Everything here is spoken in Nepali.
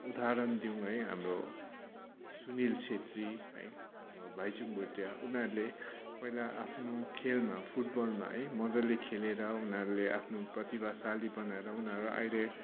उदाहरण दिउँ है हाम्रो सुनिल छेत्री है हाम्रो भाइचुङ भोटिया उनीहरूले पहिला आफ्नो खेलमा फूटबलमा मजाले खेलेर उनीहरूले आफ्नो प्रतिभाशाली बनाएर उनीहरू अहिले